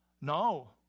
No